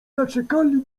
zaczekali